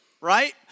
Right